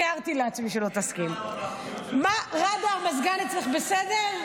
אתה לא מאמין כמה סגני יו"ר יושבים פה ומביעים עמדה על כל דבר.